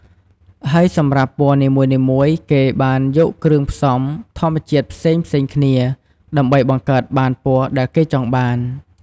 ហើយសម្រាប់ពណ៌នីមួយៗ គេបានយកគ្រឿងផ្សំធម្មជាតិផ្សេងៗគ្នា ដើម្បីបង្កើតបានពណ៌ដែលគេចង់បាន ។